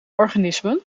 organismen